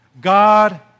God